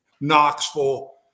Knoxville